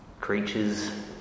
creatures